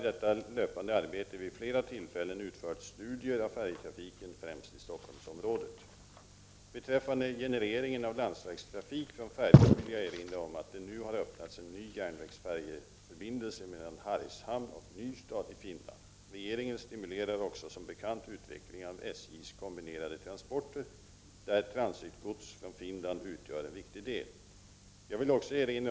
Vad jag efterlyser är alltså en övergripande analys av detta viktiga och omfattande transportsystem.